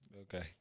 Okay